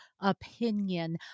opinion